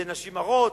זה נשים הרות,